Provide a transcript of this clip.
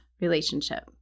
relationship